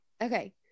okay